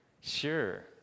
Sure